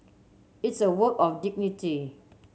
it's a work of dignity